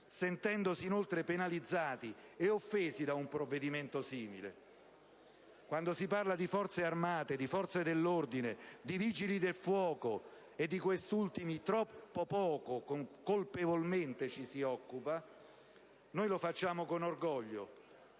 sentendosi inoltre penalizzati e offesi da un provvedimento simile? Quando si parla di Forze armate, di Forze dell'ordine e di Vigili del fuoco - di questi ultimi, colpevolmente, troppo poco ci si occupa - lo facciamo con orgoglio.